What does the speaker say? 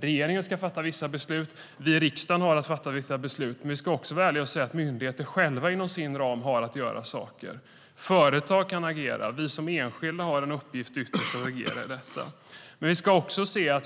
Regeringen ska fatta vissa beslut, och vi i riksdagen har att fatta vissa beslut, men vi ska också vara ärliga och säga att myndigheter själva inom sina ramar har att göra saker. Företag kan agera. Vi som enskilda har ytterst en uppgift att agera i detta.